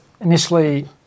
initially